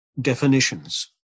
definitions